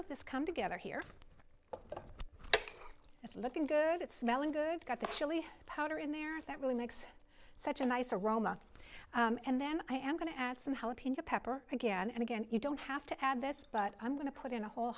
of this come together here it's looking good at smelling good got that chili powder in there and that really makes such a nice aroma and then i am going to add somehow opinion pepper again and again you don't have to add this but i'm going to put in a hole